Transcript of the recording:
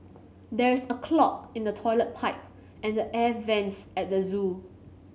there is a clog in the toilet pipe and the air vents at the zoo